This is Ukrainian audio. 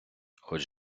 хоч